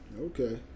Okay